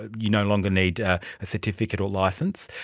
you no longer need a certificate or licence,